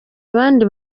abandi